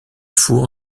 four